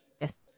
Yes